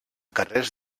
carrers